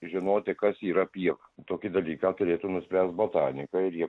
žinoti kas yra pieva tokį dalyką turėtų nuspręst botanikai ir jie